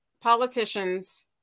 politicians